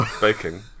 Baking